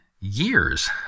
years